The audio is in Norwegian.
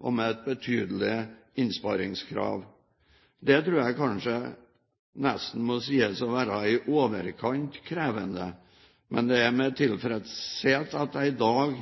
og med et betydelig innsparingskrav. Det tror jeg kanskje nesten må sies å være i overkant krevende, men det er med tilfredshet jeg i dag